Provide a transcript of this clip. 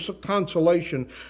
consolation